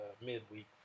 midweek